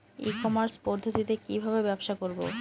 ই commerce পদ্ধতিতে কি ভাবে ব্যবসা করব?